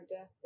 death